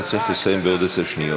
אתה צריך לסיים בעוד עשר שניות.